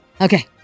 Okay